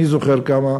מי זוכר בכמה?